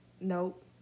nope